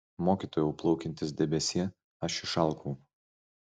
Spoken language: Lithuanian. mokytojau plaukiantis debesie aš išalkau